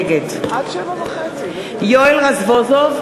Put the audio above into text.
נגד יואל רזבוזוב,